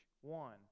one